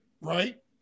Right